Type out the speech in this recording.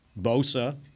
Bosa